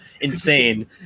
insane